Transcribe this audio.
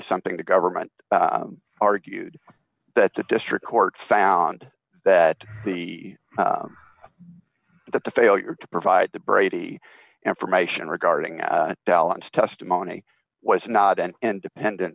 something the government argued that the district court found that the that the failure to provide the brady information regarding allen's testimony was not an independent